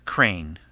Crane